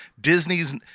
Disney's